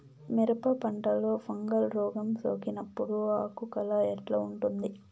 మిరప పంటలో ఫంగల్ రోగం సోకినప్పుడు ఆకు కలర్ ఎట్లా ఉంటుంది?